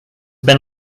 been